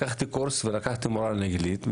לקחתי קורס ולקחתי מורה לאנגלית.